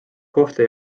kohtla